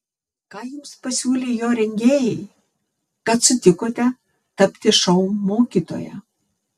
ką jums pasiūlė jo rengėjai kad sutikote tapti šou mokytoja